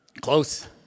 Close